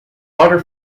other